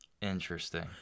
interesting